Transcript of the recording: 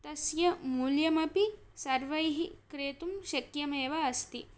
तस्य मूल्यम् अपि सर्वैः क्रेतुं शक्यम् एव अस्ति